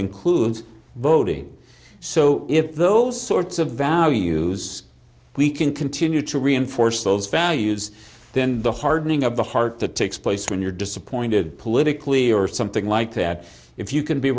includes voting so if those sorts of values we can continue to reinforce those values then the hardening of the heart that takes place when you're disappointed politically or something like that if you can be